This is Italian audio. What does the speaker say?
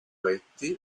letti